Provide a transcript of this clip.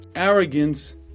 arrogance